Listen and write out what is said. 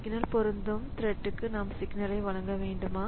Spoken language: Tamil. சிக்னல் பொருந்தும் த்ரெட்க்கு நாம் சிக்னலை வழங்க வேண்டுமா